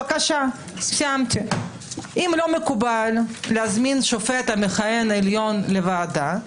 אם לא מקובל להזמין שופט מכהן עליון לוועדה,